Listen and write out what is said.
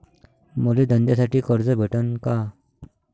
मले धंद्यासाठी कर्ज भेटन का?